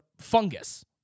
fungus